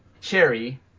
cherry